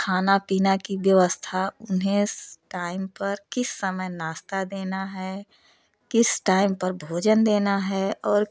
खाना पीना की व्यवस्था उन्हें टाइम पर किस समय नाश्ता देना है किस टाइम पर भोजन देना है और